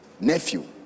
nephew